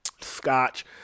Scotch